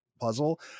puzzle